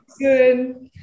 good